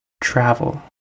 travel